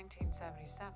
1977